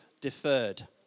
deferred